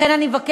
לכן אני מבקשת